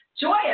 joyous